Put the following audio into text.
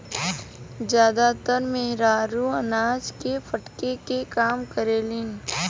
जादातर मेहरारू अनाज के फटके के काम करेलिन